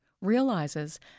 realizes